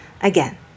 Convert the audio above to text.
Again